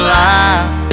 life